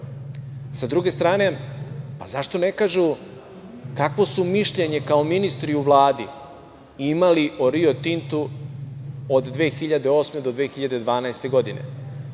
Sa druge strane, zašto ne kažu kakvo su mišljenje kao ministri u Vladi imali o "Rio Tintu" od 2008. do 2012. godine